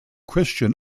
christian